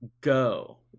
go